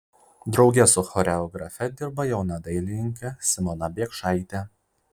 drauge su choreografe dirba jauna dailininkė simona biekšaitė